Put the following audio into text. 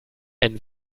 ein